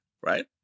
Right